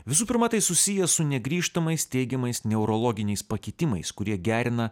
visų pirma tai susiję su negrįžtamais teigiamais neurologiniais pakitimais kurie gerina